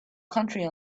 country